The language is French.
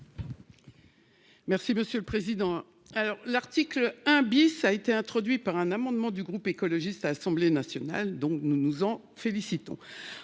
Merci monsieur le président. Alors l'article 1 bis a été introduit. Par un amendement du groupe écologiste à l'Assemblée nationale, donc nous nous en félicitons.